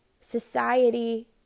society